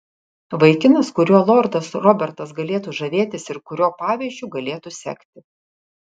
vaikinas kuriuo lordas robertas galėtų žavėtis ir kurio pavyzdžiu galėtų sekti